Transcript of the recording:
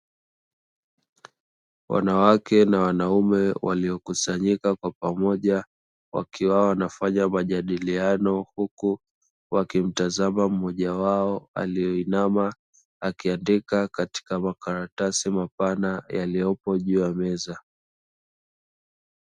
Wanawake na wanaume waliokusanyika kwa pamoja wakiwa wanafanya majadiliano huku wakimtazama mmoja wao aliyeinama akiandika katika makaratasi mapana yaliyopo juu ya meza.